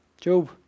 Job